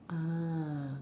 ah